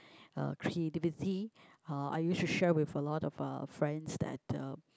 uh creativity uh I used to share with a lot of uh friends that uh